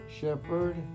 Shepherd